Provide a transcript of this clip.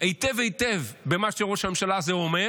היטב היטב במה שראש הממשלה הזה אומר,